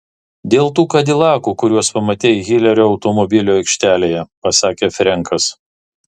dėl tų kadilakų kuriuos pamatei hilerio automobilių aikštelėje pasakė frenkas